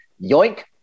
Yoink